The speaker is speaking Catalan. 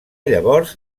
llavors